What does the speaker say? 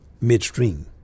midstream